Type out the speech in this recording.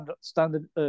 standard